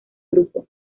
grupo